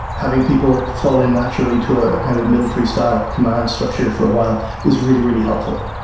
having people fall in naturally to ah kind of a military style command structure for a while is really really helpful.